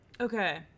Okay